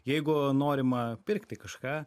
jeigu norima pirkti kažką